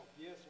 Yes